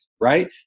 right